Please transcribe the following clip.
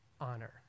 honor